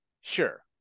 Sure